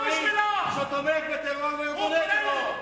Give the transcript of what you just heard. טרוריסט שתומך בטרור ובארגוני טרור.